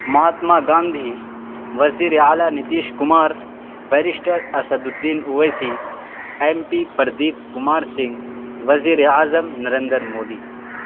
مہاتما گاندھی وزیر اعلیٰ Nitish Kumar barrister Asaduddin Owaisi M P Pradeep Kumar Singh وزیر اعظم نریندر مودی